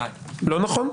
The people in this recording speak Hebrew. לא נכון.